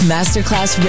Masterclass